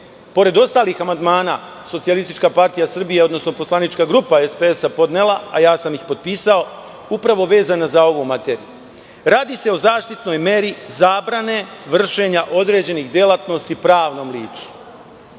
pored ostalih amandmana, poslanička grupa SPS podnela, a ja sam ih potpisao, upravo vezan za ovu materiju. Radi se o zaštitnoj meri zabrane vršenje određenih delatnosti pravnom licu.